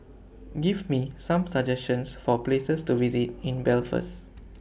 Give Me Some suggestions For Places to visit in Belfast